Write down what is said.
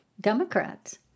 democrats